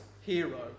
hero